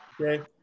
Okay